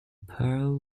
pearl